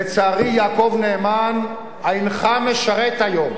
לצערי, יעקב נאמן, אינך משרת היום